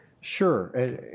Sure